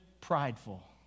prideful